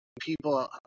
people